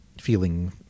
feeling